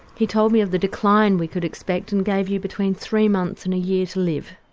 he told me of the decline we could expect and gave you between three months and a year to live.